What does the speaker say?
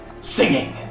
Singing